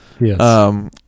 yes